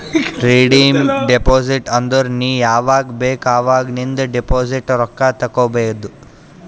redeem deposit ಅಂದುರ್ ನೀ ಯಾವಾಗ್ ಬೇಕ್ ಅವಾಗ್ ನಿಂದ್ ಡೆಪೋಸಿಟ್ ರೊಕ್ಕಾ ತೇಕೊಬೋದು